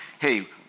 hey